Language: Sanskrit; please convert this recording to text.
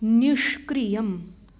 निष्क्रियम्